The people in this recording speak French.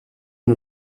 une